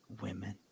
women